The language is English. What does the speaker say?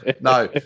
No